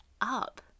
up